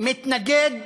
ומתנגד